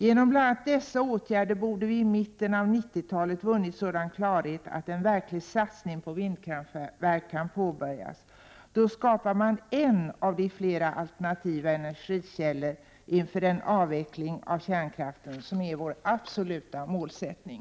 Genom bl.a. dessa åtgärder borde vi i mitten av 90-talet ha vunnit sådan klarhet att en verklig satsning på vindkraftverk kan påbörjas. Då skapas en av flera alternativa energikällor inför den avveckling av kärnkraften som är vår absoluta målsättning.